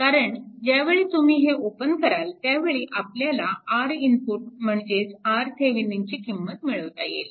कारण ज्यावेळी तुम्ही हे ओपन कराल त्यावेळी आपल्याला Rinput म्हणजेच RThevenin ची किंमत मिळवता येईल